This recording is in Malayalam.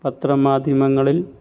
പത്ര മാധ്യമങ്ങളിൽ